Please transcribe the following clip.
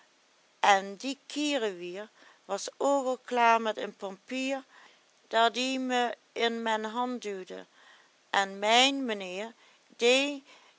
en die kierewier was ook al klaar met een pampier dat ie me in men hand duwde en mijn menheer